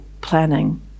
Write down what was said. planning